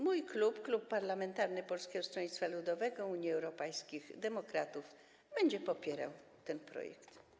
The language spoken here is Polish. Mój klub, Klub Poselski Polskiego Stronnictwa Ludowego - Unii Europejskich Demokratów, będzie popierał ten projekt.